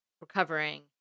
recovering